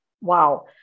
Wow